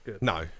No